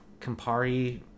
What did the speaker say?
Campari